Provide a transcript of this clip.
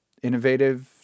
innovative